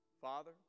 Father